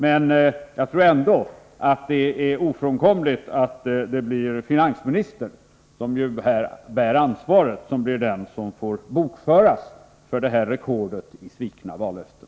Men jag tror ändå att det är ofrånkomligt att finansministern, som ju bär ansvaret, blir den som får bokföras för detta rekord i svikna vallöften.